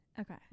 okay